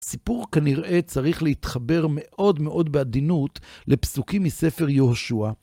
סיפור כנראה צריך להתחבר מאוד מאוד בעדינות לפסוקים מספר יהושע.